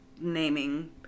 naming